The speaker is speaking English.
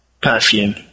Perfume